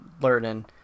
learning